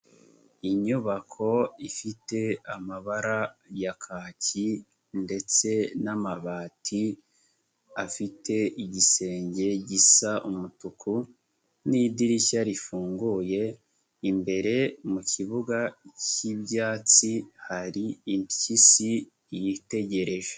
Inyubako ifite amabara ya kaki ndetse n'amabati afite igisenge gisa umutuku n'idirishya rifunguye, imbere mu kibuga cy'ibyatsi hari impyisi yitegereje.